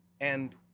And-